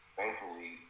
Thankfully